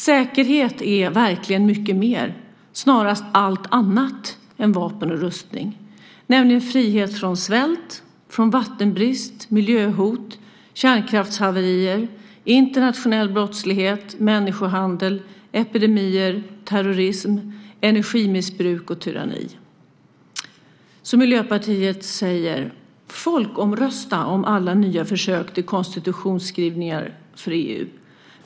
Säkerhet är verkligen mycket mer, snarast allt annat, än vapen och rustning. Det är frihet från svält, vattenbrist, miljöhot, kärnkraftshaverier, internationell brottslighet, människohandel, epidemier, terrorism, energimissbruk och tyranni. Miljöpartiet säger: Folkomrösta om alla nya försök till konstitutionsskrivningar för EU!